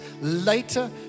later